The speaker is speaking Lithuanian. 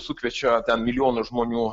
sukviečia ten milijonų žmonių